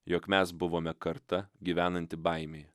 jog mes buvome karta gyvenanti baimėje